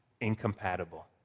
incompatible